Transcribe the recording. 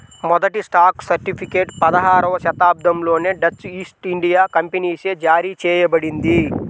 మొదటి stock certificate పదహారవ శతాబ్దంలోనే డచ్ ఈస్ట్ ఇండియా కంపెనీచే జారీ చేయబడింది